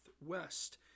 west